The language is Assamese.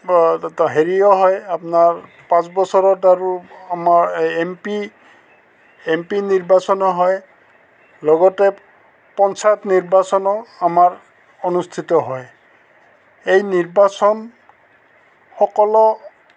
হেৰিও হয় আপোনাৰ পাঁচ বছৰত আৰু আমাৰ এম পি এম পি নিৰ্বাচনো হয় লগতে পঞ্চায়ত নিৰ্বাচনো আমাৰ অনুষ্ঠিত হয় এই নিৰ্বাচন সকলো